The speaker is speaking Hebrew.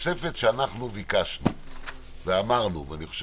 דיברנו על זה אתמול כל כך הרבה.